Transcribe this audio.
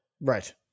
Right